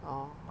oh